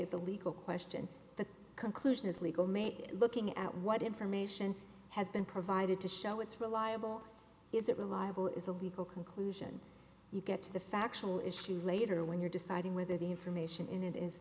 a legal question the conclusion is legal made looking at what information has been provided to show it's reliable is it reliable is a legal conclusion you get to the factual issue later when you're deciding whether the information in it is